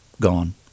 gone